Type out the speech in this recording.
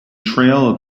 trail